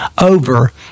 over